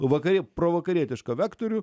vakarė provakarietišką vektorių